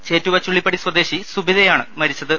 ചേറ്റുവ ചുള്ളിപ്പടി സ്വദേശി സുബിതയാണ് മരിച്ചത്